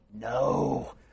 no